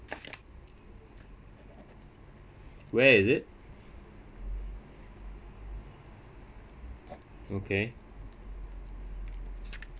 where is it okay